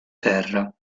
terra